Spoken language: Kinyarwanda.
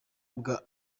bwa